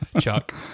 Chuck